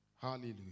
Hallelujah